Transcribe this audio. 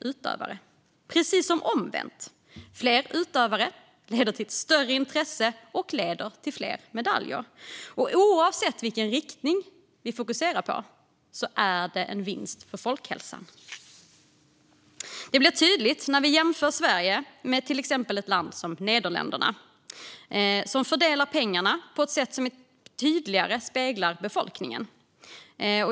Det är precis som omvänt: Fler utövare leder till ett större intresse, och det leder till fler medaljer. Oavsett vilken riktning vi fokuserar på är det en vinst för folkhälsan. Det blir tydligt när vi jämför Sverige med till exempel ett land som Nederländerna. Det fördelar pengarna på ett sätt som tydligare speglar befolkningen.